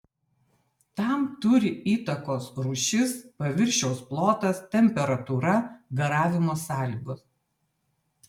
tam turi įtakos rūšis paviršiaus plotas temperatūra garavimo sąlygos